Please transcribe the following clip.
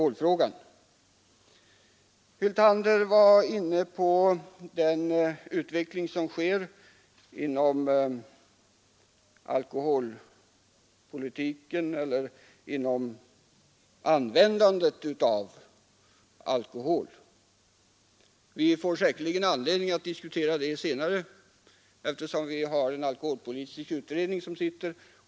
Herr Hyltander var inne på den utveckling som sker i fråga om användandet av alkohol. Vi får säkerligen anledning att diskutera den saken senare, eftersom det sitter en alkoholpolitisk utredning.